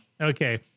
Okay